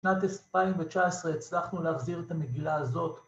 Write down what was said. ‫שנת 2019 הצלחנו להחזיר ‫את המגילה הזאת.